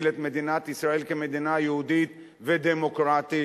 את מדינת ישראל כמדינה יהודית ודמוקרטית.